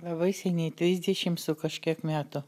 labai seniai trisdešimt su kažkiek metų